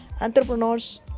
entrepreneurs